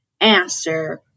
answer